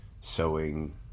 sewing